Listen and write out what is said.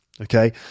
Okay